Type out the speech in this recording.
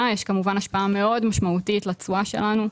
יש כמובן השפעה מאוד משמעותית לתשואה שלנו.